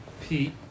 Pete